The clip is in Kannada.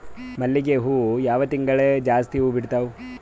ಮಲ್ಲಿಗಿ ಹೂವು ಯಾವ ತಿಂಗಳು ಜಾಸ್ತಿ ಹೂವು ಬಿಡ್ತಾವು?